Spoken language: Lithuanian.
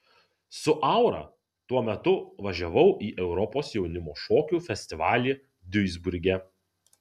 su aura tuo metu važiavau į europos jaunimo šokių festivalį duisburge